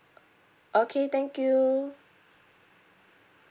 okay thank you